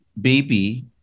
baby